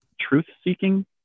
truth-seeking